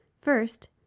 First